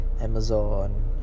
Amazon